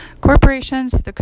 corporations